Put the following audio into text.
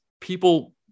people